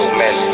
men